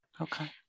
Okay